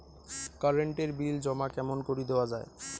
Current এর bill জমা কেমন করি দেওয়া যায়?